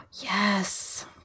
Yes